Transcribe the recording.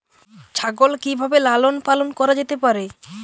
ছাগল কি ভাবে লালন পালন করা যেতে পারে?